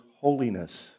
holiness